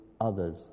others